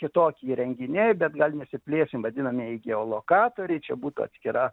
kitokie renginiai bet gal nesiplėsim vadinamieji geolokatoriai čia būtų atskira